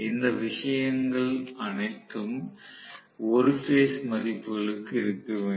இந்த விஷயங்கள் அனைத்தும் ஒரு பேஸ் மதிப்புகளுக்கு இருக்க வேண்டும்